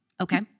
Okay